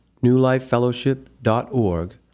newlifefellowship.org